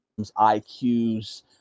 IQs